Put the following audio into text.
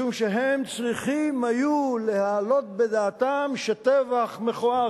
משום שהם צריכים היו להעלות בדעתם שטבח מכוער